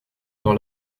dans